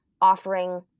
offering